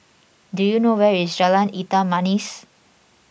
do you know where is Jalan Hitam Manis